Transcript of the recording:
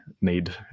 need